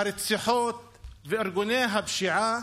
הרציחות וארגוני הפשיעה,